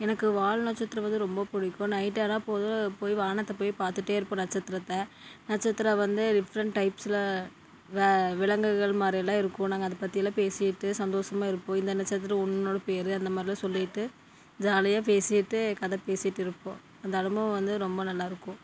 எனக்கு வால் நட்சத்திரம் வந்து ரொம்ப பிடிக்கும் நைட் ஆனால் போதும் போய் வானத்தை போய் பார்த்துட்டே இருப்பேன் நட்சத்திரத்தை நட்சத்திரம் வந்து டிஃப்ரெண்ட் டைப்ஸ்ல வ விலங்குகள் மாதிரிலா இருக்கும் நாங்கள் அதை பற்றியெல்லாம் பேசிகிட்டு சந்தோசமாக இருப்போம் இந்த நட்சத்திரம் உன்னோட பேர் அந்த மாரிலாம் சொல்லிட்டு ஜாலியாக பேசிகிட்டே கதை பேசிகிட்டு இருப்போம் தினமும் வந்து ரொம்ப நல்லாயிருக்கும்